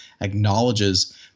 acknowledges